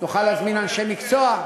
נוכל להזמין אנשי מקצוע.